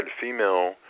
female